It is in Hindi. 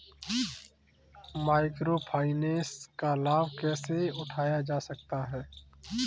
माइक्रो फाइनेंस का लाभ कैसे उठाया जा सकता है?